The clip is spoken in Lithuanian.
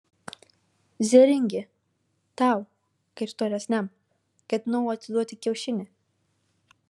zėringi tau kaip storesniam ketinau atiduoti kiaušinį